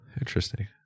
interesting